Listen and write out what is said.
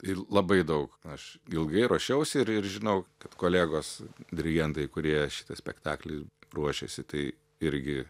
ir labai daug aš ilgai ruošiausi ir ir žinau kad kolegos dirigentai kurie šitą spektaklį ruošėsi tai irgi